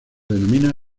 denomina